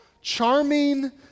charming